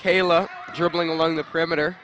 mckayla dribbling along the perimeter